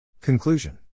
Conclusion